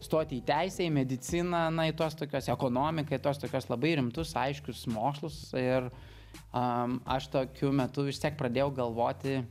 stoti į teisę į mediciną na į tos tokios ekonomiką į tuos tokius labai rimtus aiškius mokslus ir a aš tokiu metu vis tiek pradėjau galvoti